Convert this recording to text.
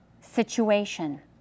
situation